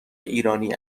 ایرانی